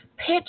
Pitch